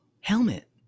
helmet